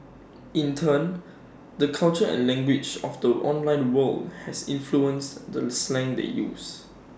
in turn the culture and language of the online world has influenced the slang they use